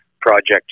project